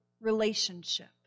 relationship